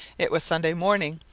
it was sunday morning,